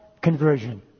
conversion